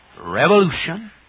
revolution